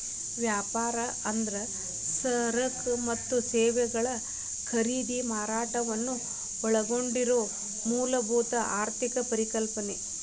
ವ್ಯಾಪಾರ ಅಂದ್ರ ಸರಕ ಮತ್ತ ಸೇವೆಗಳ ಖರೇದಿ ಮಾರಾಟವನ್ನ ಒಳಗೊಂಡಿರೊ ಮೂಲಭೂತ ಆರ್ಥಿಕ ಪರಿಕಲ್ಪನೆ